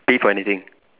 pay for anything